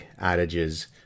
adages